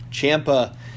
champa